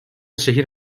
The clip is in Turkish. şehir